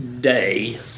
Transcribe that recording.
day